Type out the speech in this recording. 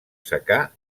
secà